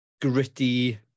gritty